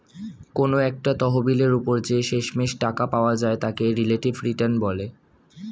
কোনো একটা তহবিলের উপর যে শেষমেষ টাকা পাওয়া যায় তাকে রিলেটিভ রিটার্ন বলে